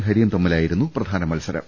ഹരിയും തമ്മി ലായിരുന്നു പ്രധാന മത്സരം